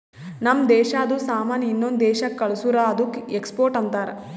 ಒಂದ್ ದೇಶಾದು ಸಾಮಾನ್ ಇನ್ನೊಂದು ದೇಶಾಕ್ಕ ಕಳ್ಸುರ್ ಅದ್ದುಕ ಎಕ್ಸ್ಪೋರ್ಟ್ ಅಂತಾರ್